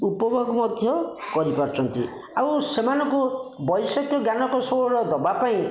ଉପଭୋଗ ମଧ୍ୟ କରିପାରୁଛନ୍ତି ଆଉ ସେମାନଙ୍କୁ ବୈଷୟିକ ଜ୍ଞାନ କୌଶଳର ଦବା ପାଇଁ